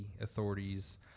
authorities